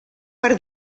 per